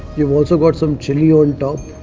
you've also got some chilli on top.